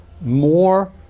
more